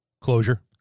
closure